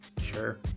sure